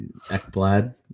Ekblad